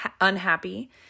unhappy